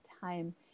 time